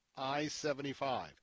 I-75